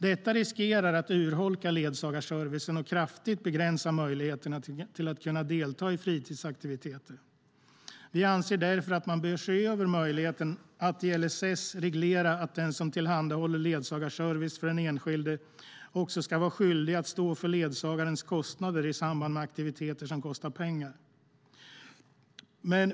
Detta riskerar att urholka ledsagarservicen och kraftigt begränsa möjligheterna att delta i fritidsaktiviteter. Vi anser därför att man bör se över möjligheten att i LSS reglera att den som tillhandahåller ledsagarservice för den enskilde också ska vara skyldig att stå för ledsagarens kostnader i samband med aktiviteter som kostar pengar.